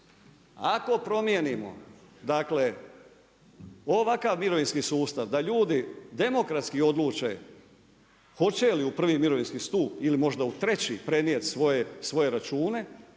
Ako promijenimo, dakle, ovakav mirovinski sustav, da ljudi demografski odluče hoće li u prvi mirovinski stup ili možda u treći prenijeti svoje račune,